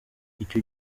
icyo